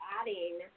adding